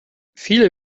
viele